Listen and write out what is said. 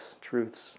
truths